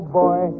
boy